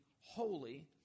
holy